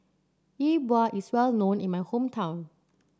Yi Bua is well known in my hometown